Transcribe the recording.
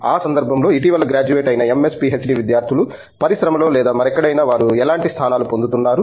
ఆ సందర్భంలో ఇటీవల గ్రాడ్యుయేట్ అయిన ఎంఎస్ పిహెచ్డి విద్యార్ధులు పరిశ్రమలో లేదా మరెక్కడైనా వారు ఎలాంటి స్థానాలు పొందుతున్నారు